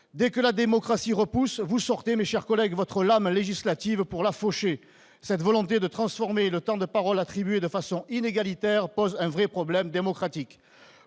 Dès que la démocratie repousse, vous sortez, mes chers collègues, votre lame législative pour la faucher ! Cette volonté de transformer le temps de parole attribué de façon inégalitaire pose un vrai problème démocratique.